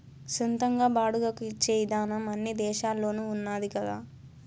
సొంతంగా బాడుగకు ఇచ్చే ఇదానం అన్ని దేశాల్లోనూ ఉన్నాది కదా